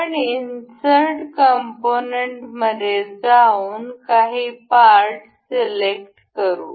आपण insert component मध्ये जाऊन काही पार्ट सिलेक्ट करू